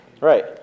Right